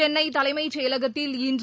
கென்னை தலைமைச் செயலகத்தில் இன்று